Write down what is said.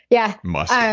yeah musk?